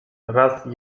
raz